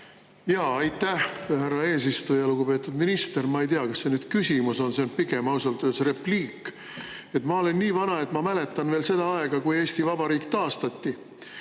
Aitäh, härra eesistuja! Lugupeetud minister! Ma ei tea, kas see on nüüd küsimus, see on ausalt öeldes pigem repliik. Ma olen nii vana, et ma mäletan veel seda aega, kui Eesti Vabariik taastati.